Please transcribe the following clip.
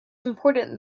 important